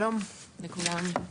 שלום לכולם,